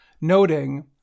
noting